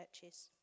churches